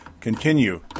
continue